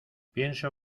pienso